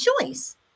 choice